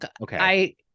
Okay